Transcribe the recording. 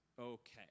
okay